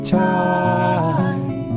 time